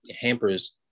hampers